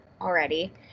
already